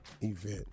event